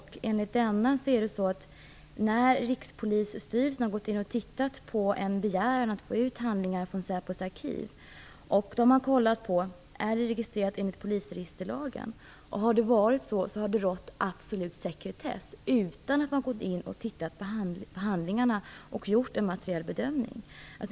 Enligt denna har man kollat på om handlingarna är registrerade enligt polisregisterlagen när Rikspolisstyrelsen har tittat på en begäran om att få ut handlingar från säpos arkiv. Har det varit så har det rått absolut sekretess utan att man har gått in och tittat på handlingarna och gjort en materiell bedömning.